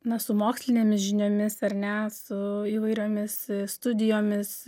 na su mokslinėmis žiniomis ar ne su įvairiomis studijomis